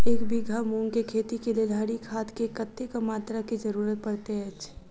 एक बीघा मूंग केँ खेती केँ लेल हरी खाद केँ कत्ते मात्रा केँ जरूरत पड़तै अछि?